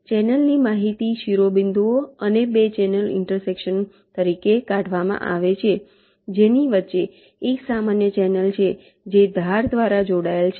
channel ની માહિતી શિરોબિંદુઓ અને 2 ચેનલ ઇન્ટરસેક્શન તરીકે કાઢવામાં આવે છે જેની વચ્ચે એક સામાન્ય ચેનલ છે જે ધાર દ્વારા જોડાયેલ છે